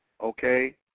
okay